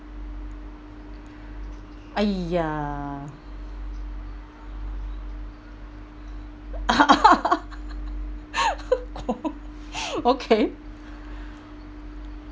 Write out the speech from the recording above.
!aiya! oh okay